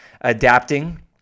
adapting